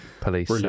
police